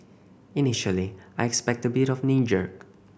initially I expect a bit of a knee jerk